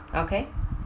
okay mm